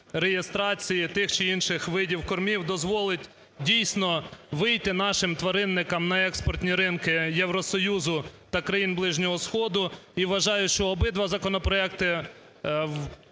реєстрації тих чи інших видів кормів, дозволять дійсно вийти нашим тваринникам на експортні ринку Євросоюзу та країн Ближнього Сходу. І вважаю, що обидва законопроекти